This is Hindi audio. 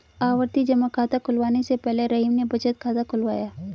आवर्ती जमा खाता खुलवाने से पहले रहीम ने बचत खाता खुलवाया